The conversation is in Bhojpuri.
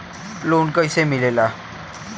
लोन कईसे मिलेला?